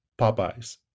Popeyes